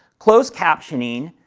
closed captioning